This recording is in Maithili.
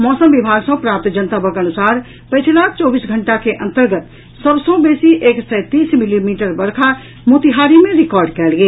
मौसम विभाग सँ प्राप्त जनतबक अनुसार पछिला चौबीस घंटा के अंतर्गत सभ सँ बेसी एक सय तीस मिलीमीटर वर्षा मोतिहारी मे रिकॉर्ड कयल गेल